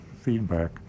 feedback